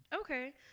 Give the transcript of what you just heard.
Okay